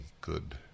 good